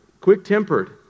quick-tempered